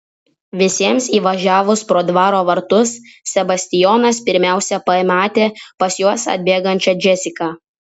visiems įvažiavus pro dvaro vartus sebastijonas pirmiausia pamatė pas juos atbėgančią džesiką